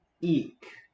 Eek